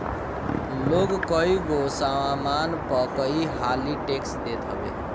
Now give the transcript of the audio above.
लोग कईगो सामान पअ कई हाली टेक्स देत हवे